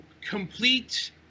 complete